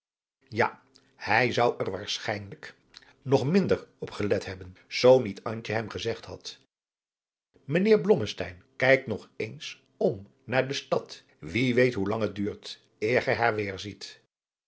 van johannes wouter blommesteyn nog minder op gelet hebben zoo niet antje hem gezegd had mijnheer blommesteyn kijk nog eens om naar de stad wie weet hoe lang het duurt eer gij haar weêrziet